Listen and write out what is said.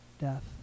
death